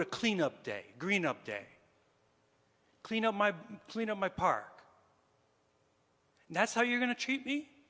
to clean up day green up day clean up my clean up my park and that's how you're going to cheat me